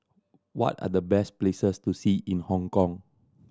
what are the best places to see in Hong Kong